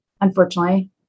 Unfortunately